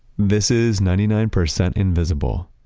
this is ninety nine percent invisible.